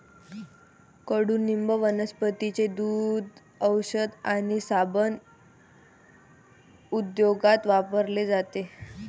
कडुनिंब वनस्पतींचे दूध, औषध आणि साबण उद्योगात वापरले जाते